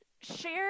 share